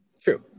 True